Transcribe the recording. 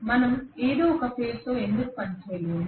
మనం ఒకే ఫేజ్తో ఎందుకు పనిచేయలేము